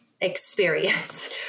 experience